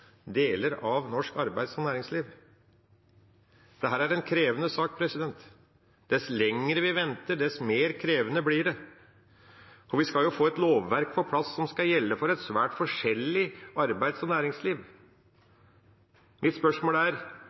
deler av norsk arbeids- og næringsliv. Dette er en krevende sak. Dess lenger vi venter, dess mer krevende blir det. Vi skal jo få et lovverk på plass som skal gjelde for et svært forskjellig arbeids- og næringsliv.